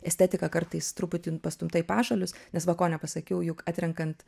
estetika kartais truputį pastumta į pašalius nes va ko nepasakiau juk atrenkant